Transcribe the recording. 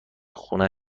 خونه